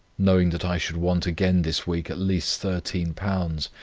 knowing that i should want again this week at least thirteen pounds,